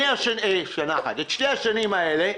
השנים האלה,